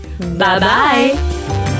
Bye-bye